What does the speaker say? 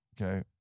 okay